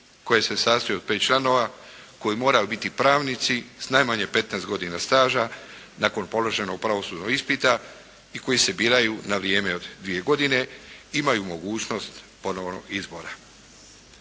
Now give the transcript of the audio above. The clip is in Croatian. koje se sastoji od 5 članova koji moraju biti pravnici s najmanje 15 godina staža nakon položenog pravosudnog ispita i koji se biraju na vrijeme od dvije godine. Imaju mogućnost ponovnog izbora.